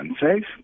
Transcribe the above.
unsafe